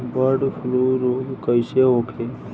Bird flu रोग कईसे होखे?